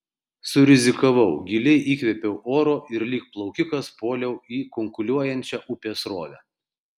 surizikavau giliai įkvėpiau oro ir lyg plaukikas puoliau į kunkuliuojančią upės srovę